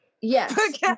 Yes